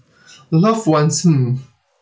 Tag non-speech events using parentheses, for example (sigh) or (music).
(breath) loved ones hmm